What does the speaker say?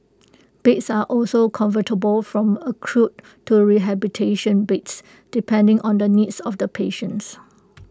beds are also convertible from acute to rehabilitation beds depending on the needs of the patients